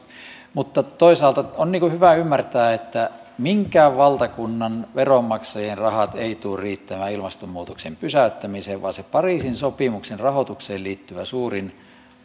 mutta toisaalta on hyvä ymmärtää että minkään valtakunnan veronmaksajien rahat eivät tule riittämään ilmastonmuutoksen pysäyttämiseen vaan se pariisin sopimuksen rahoitukseen liittyvä suurin